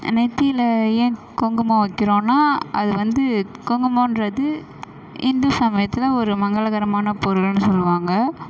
நெத்தியில் ஏன் குங்குமம் வைக்கிறோன்னா அது வந்து குங்குமன்றது இந்து சமயத்தில் ஒரு மங்களகரமான பொருளுன்னு சொல்லுவாங்க